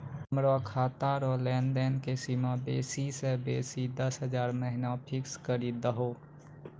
हमरो खाता रो लेनदेन के सीमा बेसी से बेसी दस हजार महिना फिक्स करि दहो